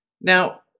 Now